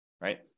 right